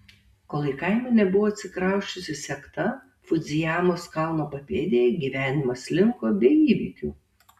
kol į kaimą nebuvo atsikrausčiusi sekta fudzijamos kalno papėdėje gyvenimas slinko be įvykių